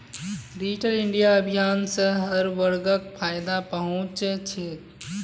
digital India अभियान स हर वर्गक फायदा पहुं च छेक